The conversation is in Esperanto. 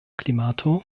klimato